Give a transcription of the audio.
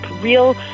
real